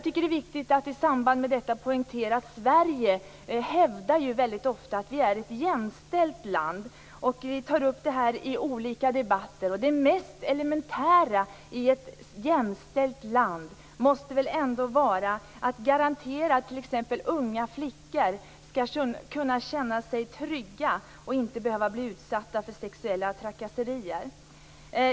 Det är viktigt att i samband med detta poängtera att det väldigt ofta hävdas att Sverige är ett jämställt land. Vi tar upp detta i olika debatter. Me det mest elementära i ett jämställt land måste väl ändå vara att garantera att t.ex. unga flickor skall kunna känna sig trygga och inte behöva bli utsatta för sexuella trakasserier.